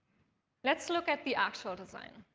let's look at the actual design.